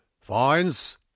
Fines